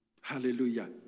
Hallelujah